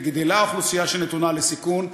גדלה האוכלוסייה שנתונה לסיכון,